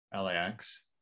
LAX